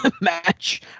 match